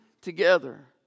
together